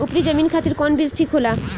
उपरी जमीन खातिर कौन बीज ठीक होला?